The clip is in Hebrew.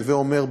הווי אומר,